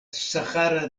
sahara